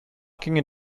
gingen